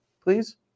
please